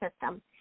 system